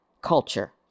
culture